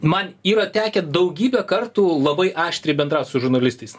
man yra tekę daugybę kartų labai aštriai bendraut su žurnalistais